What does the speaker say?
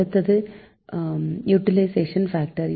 அடுத்தது utilization factor